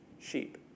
sheep